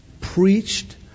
preached